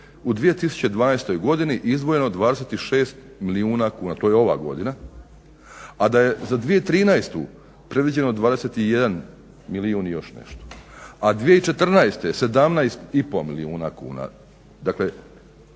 u 2012. godini izdvojeno 26 milijuna kuna. To je ova godina, a da je za 2013. predviđeno 21 milijun i još nešto, a 2014. 17 i pol milijuna kuna. Dakle,